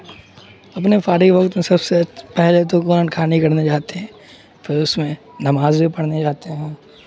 اپنے فارغ وقت میں سب سے پہلے تو قرآن خوانی کرنے جاتے ہیں پھر اس میں نماز بھی پڑھنے جاتے ہیں